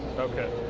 okay,